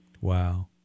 wow